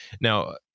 now